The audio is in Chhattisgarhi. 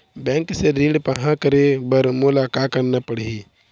बैंक से ऋण पाहां करे बर मोला का करना पड़ही?